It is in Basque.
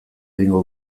egingo